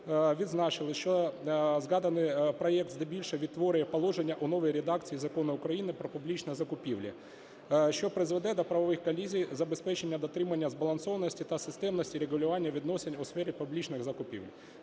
відзначили, що згаданий проект здебільшого відтворює положення у новій редакції Закону України "Про публічні закупівлі", що призведе до правових колізій забезпечення дотримання збалансованості та системності регулювання у сфері публічних закупівель.